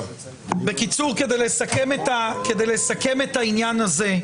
כדי לסכם את העניין הזה,